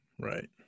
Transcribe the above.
Right